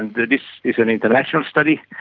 and this is an international study.